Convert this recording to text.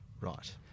Right